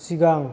सिगां